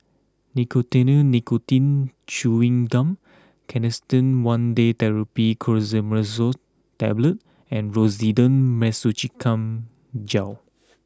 Nicotinell Nicotine Chewing Gum Canesten one Day Therapy Clotrimazole Tablet and Rosiden Piroxicam Gel